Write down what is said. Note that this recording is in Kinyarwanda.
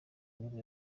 nibwo